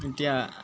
এতিয়া